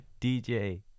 dj